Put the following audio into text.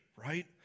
right